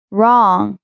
Wrong